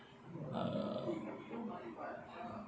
uh